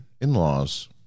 in-laws